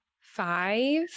Five